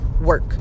work